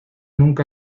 nunca